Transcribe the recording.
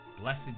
Blessed